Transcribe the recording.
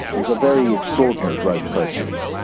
it's a very extraordinary growth process.